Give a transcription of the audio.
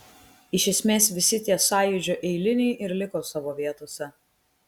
iš esmės visi tie sąjūdžio eiliniai ir liko savo vietose